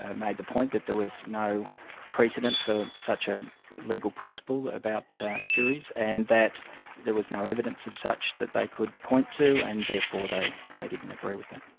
ah made the point that there was no precedent for such a legal principle about juries, and that there was no evidence of such that they could point to, and therefore they they didn't agree with them.